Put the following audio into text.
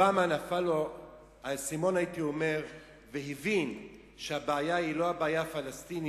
לאובמה נפל האסימון והוא הבין שהבעיה היא לא הבעיה הפלסטינית,